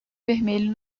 vermelho